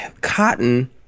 cotton